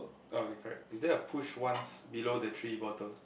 okay correct is there a push once below the three bottles